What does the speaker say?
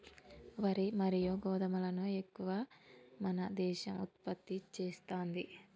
వరి మరియు గోధుమలను ఎక్కువ మన దేశం ఉత్పత్తి చేస్తాంది